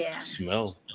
smell